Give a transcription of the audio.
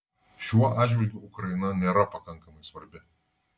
šiuo atžvilgiu ukraina nėra pakankamai svarbi